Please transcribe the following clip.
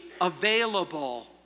available